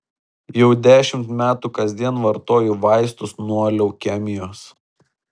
jau dešimt metų kasdien vartoju vaistus nuo leukemijos